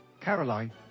Caroline